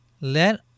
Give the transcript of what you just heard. Let